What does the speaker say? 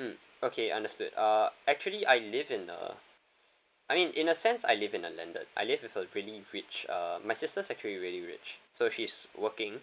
mm okay understood uh actually I live in a I mean in a sense I live in a landed I live with a really rich uh my sister's actually really rich so she's working